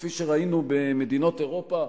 כמו שראינו במדינות אירופה,